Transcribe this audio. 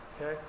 Okay